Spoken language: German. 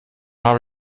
habe